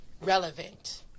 relevant